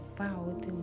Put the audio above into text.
vowed